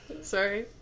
Sorry